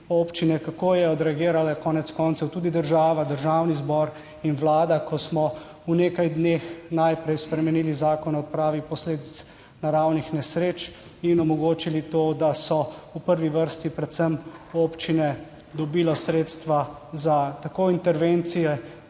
kako je odreagirala, konec koncev, tudi država, Državni zbor in Vlada, ko smo v nekaj dneh najprej spremenili Zakon o odpravi posledic naravnih nesreč in omogočili to, da so v prvi vrsti predvsem občine dobile sredstva za tako intervencije